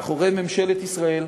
מאחורי ממשלת ישראל,